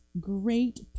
great